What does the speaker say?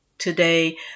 Today